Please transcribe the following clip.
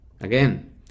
Again